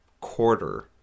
quarter